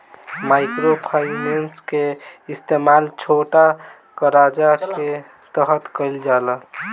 micro finance के इस्तमाल छोटा करजा के तरह कईल जाला